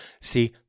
See